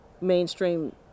mainstream